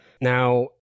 now